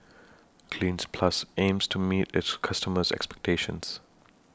Cleanz Plus aims to meet its customers' expectations